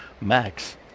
Max